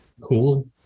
cool